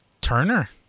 Turner